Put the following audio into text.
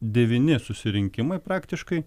devyni susirinkimai praktiškai